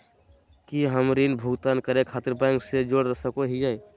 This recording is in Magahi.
की हम ऋण भुगतान करे खातिर बैंक से जोड़ सको हियै?